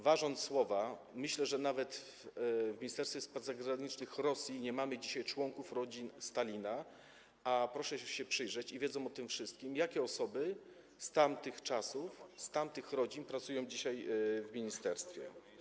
Ważę słowa i myślę, że nawet w Ministerstwie Spraw Zagranicznych Rosji nie mamy dzisiaj członków rodzin Stalina, a proszę się przyjrzeć, i wiedzą o tym wszyscy, jakie osoby z tamtych czasów, z tamtych rodzin pracują dzisiaj w ministerstwie.